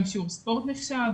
גם שיעור ספורט נחשב?